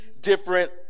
different